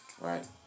right